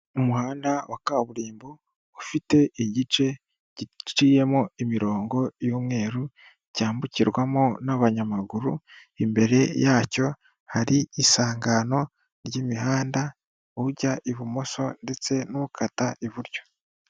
Umuhanda wa kaburimbo ufite igice giciyemo imirongo y'umweru cyambukirwamo n'abanyamaguru imbere yacyo hari isangano ry'imihanda ujya ibumoso ndetse n'ukata iburyo.